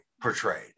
portrayed